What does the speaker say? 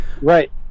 right